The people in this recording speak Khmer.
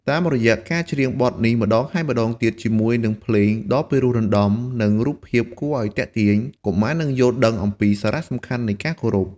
តាមរយៈការច្រៀងបទនេះម្តងហើយម្តងទៀត ជាមួយនឹងភ្លេងដ៏ពិរោះរណ្ដំ និងរូបភាពគួរឲ្យទាក់ទាញ កុមារនឹងយល់ដឹងពីសារៈសំខាន់នៃការគោរព។